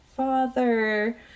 father